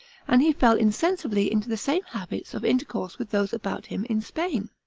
and he fell insensibly in to the same habits of intercourse with those about him in spain.